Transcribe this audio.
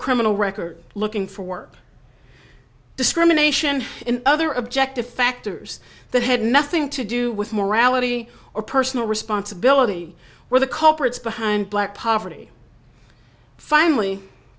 criminal record looking for work discrimination in other objective factors that had nothing to do with morality or personal responsibility were the culprits behind black poverty finally